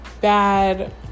bad